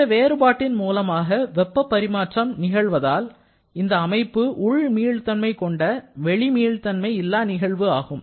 இந்த வேறுபாட்டின் மூலமாக வெப்பப் பரிமாற்றம் நிகழ்வதால் இந்த அமைப்பு உள் மீள் தன்மைகொண்ட வெளி மீள் தன்மை இல்லா நிகழ்வு ஆகும்